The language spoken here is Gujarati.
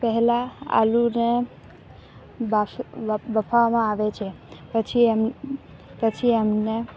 પહેલા આલુને બાફ બફાવામાં આવે છે પછી એમ પછી એમને